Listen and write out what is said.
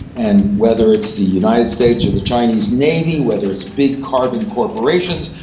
and whether it's the united states or the chinese navy, whether it's big carbon corporations,